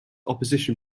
opposition